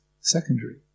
secondary